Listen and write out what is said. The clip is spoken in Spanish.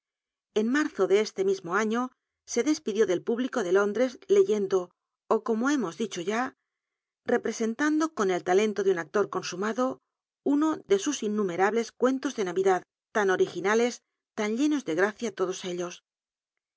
en marzo de este mismo airo se despidió del público ele lóndres leyendo ú como hemos dicho ya representando con el talento ele un actor consumado tulo de sus innumerables cuentos ele ncwid ul tan originales tao llenos de gracia todos ellos